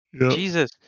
Jesus